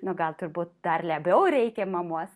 nu gal turbūt dar labiau reikia mamos